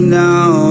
now